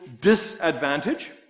disadvantage